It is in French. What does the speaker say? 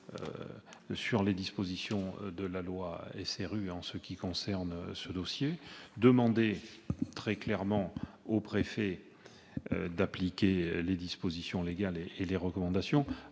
sur les dispositions de la loi SRU en ce qui concerne ce dossier. Je demande très clairement aux préfets d'appliquer les dispositions légales et les recommandations,